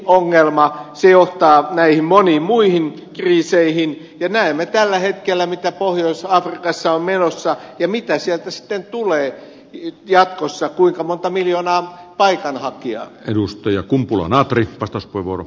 se johtaa näihin moniin muihin kriiseihin ja näemme tällä hetkellä mitä pohjois afrikassa on menossa ja mitä sieltä sitten tulee jatkossa kuinka monta miljoonaa paikan hankkia edustaja kumpula natri vastaiskun turvapaikanhakijaa